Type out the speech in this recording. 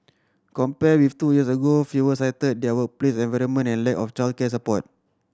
compared with two years ago fewer cited their workplace environment and lack of childcare support